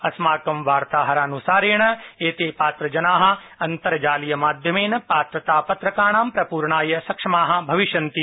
अस्माकं वार्ताहरानुसारेण एते पात्रजना अंतर्जालीयमाध्यमेन पात्रतापत्रकाणां पूरणाय समक्षा भविष्यन्ति